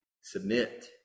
submit